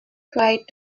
cried